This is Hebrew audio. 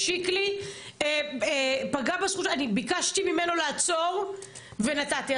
כששיקלי פגע בזכות, אני ביקשתי ממנו לעצור, ונתתי.